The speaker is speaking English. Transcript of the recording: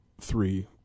three